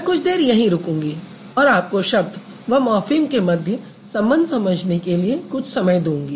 मैं कुछ देर यहीं रुकूँगी और आपको शब्द व मॉर्फ़िम के मध्य संबंध समझने के लिए कुछ समय दूँगी